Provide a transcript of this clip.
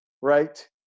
right